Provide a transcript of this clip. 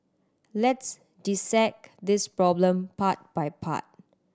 let's dissect this problem part by part